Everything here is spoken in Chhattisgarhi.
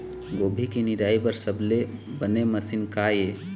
गोभी के निराई बर सबले बने मशीन का ये?